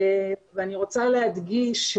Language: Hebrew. אני רוצה להדגיש,